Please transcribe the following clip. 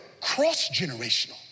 cross-generational